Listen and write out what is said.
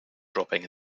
dropping